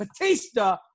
Batista